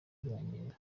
kwiyongera